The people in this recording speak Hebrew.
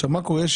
עכשיו מה קורה?